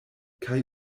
kaj